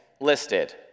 listed